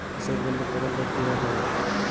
কৃষকবন্ধু প্রকল্প কিভাবে পাব?